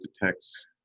detects